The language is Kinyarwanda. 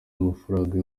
amafaranga